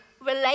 relate